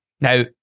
Now